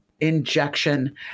injection